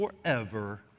forever